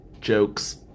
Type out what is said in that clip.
Jokes